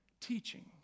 teaching